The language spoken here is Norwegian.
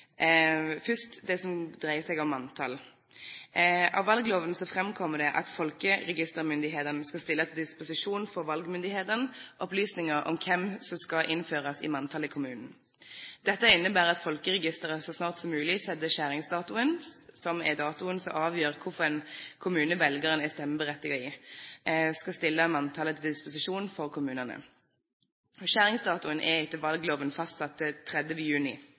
Først det som dreier seg om manntall: Av valgloven framkommer det at folkeregistermyndigheten skal stille til disposisjon for valgmyndighetene opplysninger om hvem som skal innføres i manntallet i kommunen. Dette innebærer at folkeregisteret så snart som mulig setter skjæringsdatoen, som er datoen som avgjør hvilken kommune velgeren er stemmeberettiget i, og skal stille manntallet til disposisjon for kommunene. Skjæringsdatoen er etter valgloven fastsatt til 30. juni